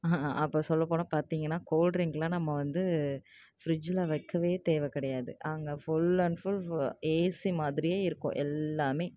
அப்போ சொல்லப்போனால் பார்த்தீங்கன்னா கோல்ட் ட்ரிங்க்லாம் நம்ம வந்து ஃப்ரிட்ஜில் வைக்கவே தேவைக் கிடையாது அங்கே ஃபுல் அண்ட் ஃபுல் ஏசி மாதிரியே இருக்கும் எல்லாமே